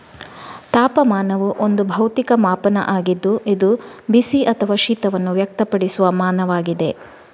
ತಾಪಮಾನವು ಒಂದು ಭೌತಿಕ ಮಾಪನ ಆಗಿದ್ದು ಇದು ಬಿಸಿ ಅಥವಾ ಶೀತವನ್ನು ವ್ಯಕ್ತಪಡಿಸುವ ಮಾನವಾಗಿದೆ